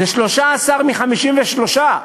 זה 13% מ-53%.